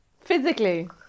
Physically